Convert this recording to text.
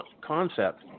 concept